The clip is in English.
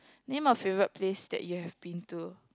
name a favourite place that you've have been to